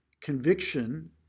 conviction